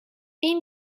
این